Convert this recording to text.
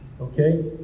okay